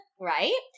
right